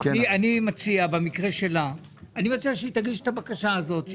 אני מציע שבמקרה שלה שהיא תגיש את הבקשה הזאת.